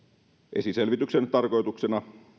esiselvityksen tarkoituksenahan